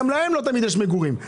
גם להם לא תמיד יש מגורים.